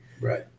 right